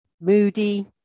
moody